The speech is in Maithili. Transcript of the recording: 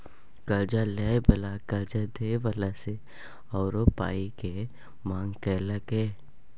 कर्जा लय बला कर्जा दय बला सँ आरो पाइ केर मांग केलकै